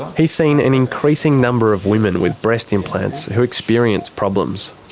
he's seen an increasing number of women with breast implants who experience problems.